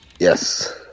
Yes